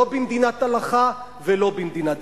לא במדינת הלכה ולא במדינה דתית.